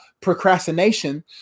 procrastination